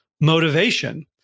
motivation